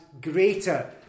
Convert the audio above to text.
greater